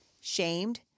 shamed